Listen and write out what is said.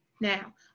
Now